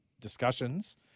discussions